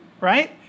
right